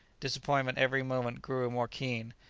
disappointment every moment grew more keen,